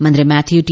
മന്ത്രി മാത്യു ടി